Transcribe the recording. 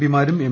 P മാരും M